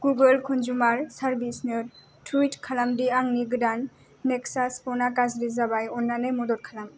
Google consumer सारभिसनो टुइट खालामदि आंनि गोदान नेक्सास फना गाज्रि जाबाय अन्नानै मदद खालाम